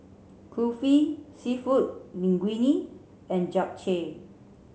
Kulfi Seafood Linguine and Japchae